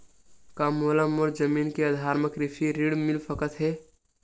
का मोला मोर जमीन के आधार म कृषि ऋण मिल सकत हे?